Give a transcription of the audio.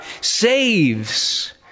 saves